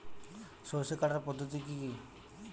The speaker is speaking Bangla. সরষে কাটার পদ্ধতি কি?